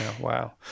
Wow